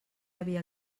havia